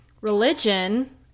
religion